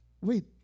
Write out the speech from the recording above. Wait